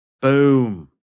boom